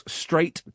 straight